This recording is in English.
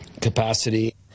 capacity